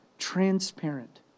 Transparent